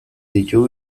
ditu